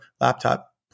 laptop